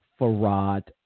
Farad